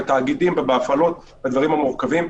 בתאגידים ובהפעלות בדברים המורכבים.